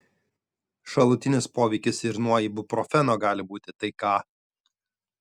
šalutinis poveikis ir nuo ibuprofeno gali būti tai ką